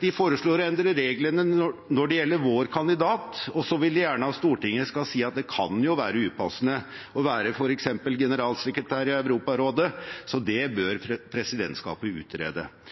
De foreslår å endre reglene når det gjelder vår kandidat, og så vil de gjerne at Stortinget skal si at det kan være upassende å være f.eks. generalsekretær i Europarådet, så det bør presidentskapet utrede.